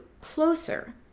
closer